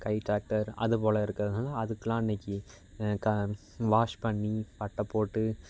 கை tractor அது போல் இருக்கிறதுனால அதுக்குலாம் அன்னைக்கு க வாஷ் பண்ணி பட்டை போட்டு